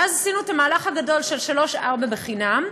ואז עשינו את המהלך הגדול של שלוש-ארבע חינם,